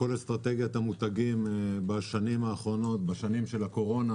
כל אסטרטגיית המותגים בשנים האחרונות של הקורונה